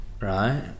right